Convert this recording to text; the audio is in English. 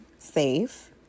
safe